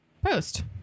post